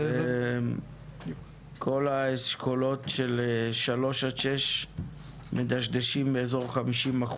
כל האשכולות של 3-6 מדשדשים באזור 50%,